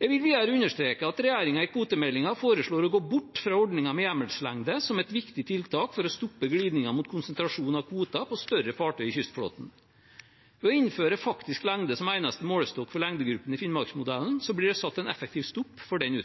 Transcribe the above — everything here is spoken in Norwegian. Jeg vil videre understreke at regjeringen i kvotemeldingen foreslår å gå bort fra ordningen med hjemmelslengde som et viktig tiltak for å stoppe glidningen mot konsentrasjon av kvoter på større fartøy i kystflåten. Ved å innføre faktisk lengde som eneste målestokk for lengdegruppene i Finnmarksmodellen blir det satt en effektiv stopper for den